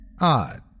Odd